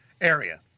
area